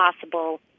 possible